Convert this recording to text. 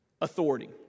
authority